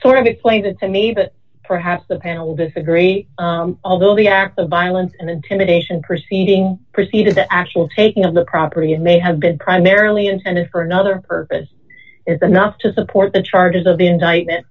sort of explained that to me but perhaps the panel disagree although the act of violence and intimidation proceeding preceded the actual taking of the property it may have been primarily intended for another purpose is enough to support the charges of the indictment